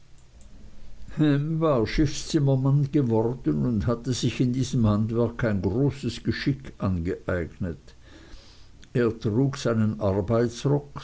schiffszimmermann geworden und hatte sich in diesem handwerk ein großes geschick angeeignet er trug seinen arbeitsrock